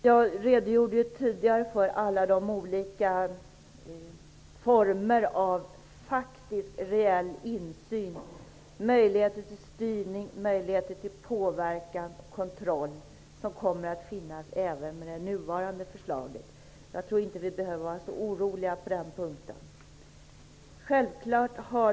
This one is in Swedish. Jag redogjorde tidigare för alla de olika former av faktisk, reell insyn, möjligheter till styrning, påverkan och kontroll, som kommer att finnas även med detta förslag. Jag tror inte att vi behöver vara så oroliga på den punkten.